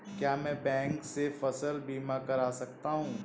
क्या मैं बैंक से फसल बीमा करा सकता हूँ?